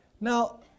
Now